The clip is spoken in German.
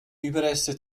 überreste